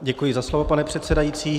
Děkuji za slovo, pane předsedající.